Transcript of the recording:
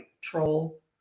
troll